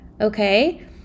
okay